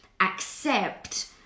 accept